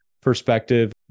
perspective